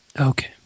Okay